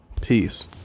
peace